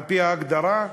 על-פי ההגדרה,